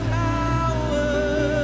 power